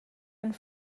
and